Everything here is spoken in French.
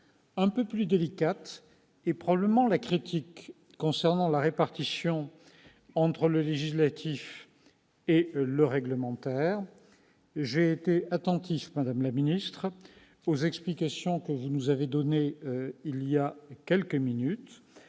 Un peu plus délicate est probablement la critique concernant la répartition entre domaine législatif et réglementaire. J'ai été attentif, madame la ministre, aux explications que vous nous avez données il y a quelques minutes,